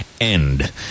end